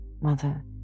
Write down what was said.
Mother